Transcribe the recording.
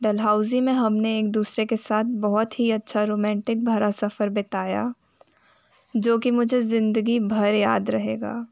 डल्हौज़ी में हम ने एक दूसरे के साथ बहुत ही अच्छा रोमेंटिक भरा सफ़र बिताया जो कि मुझे ज़िंदगी भर याद रहेगा